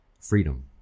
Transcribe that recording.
Freedom